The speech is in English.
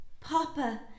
Papa